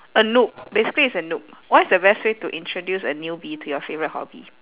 a noob basically it's a noob what's the best way to introduce a newbie to your favourite hobby